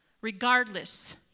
regardless